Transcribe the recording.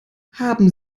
haben